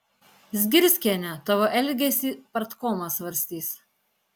zgirskiene tavo elgesį partkomas svarstys